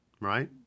right